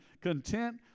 Content